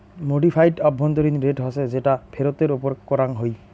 modified আভ্যন্তরীণ rate হসে যেটা ফেরতের ওপর করাঙ হই